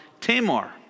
Tamar